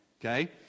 Okay